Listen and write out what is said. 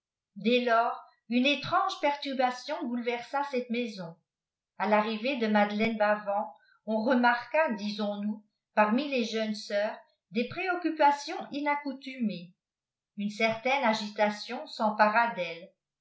dh lors une étrange perturbation bouleversa cette maison tarrivéc de madeleine bavan on remarqua disons-nous pirrai les jeunes fœurs des préoccupa ions inaccoutumées une certaine agitation svmpnra d'elles